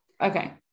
Okay